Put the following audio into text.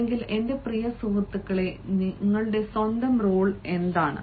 അല്ലെങ്കിൽ എന്റെ പ്രിയ സുഹൃത്തുക്കളെ നിങ്ങളുടെ സ്വന്തം റോൾ എന്താണ്